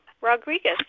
Rodriguez